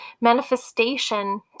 manifestation